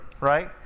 right